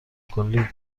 کلی